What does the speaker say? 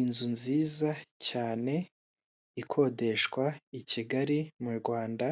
Inzu nziza cyane ikodeshwa i Kigali mu Rwanda